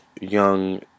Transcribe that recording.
young